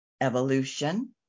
evolution